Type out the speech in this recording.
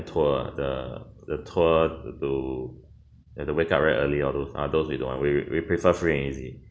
tour the the tour to you have to wake up very early all those ah those we don't want we we prefer free and easy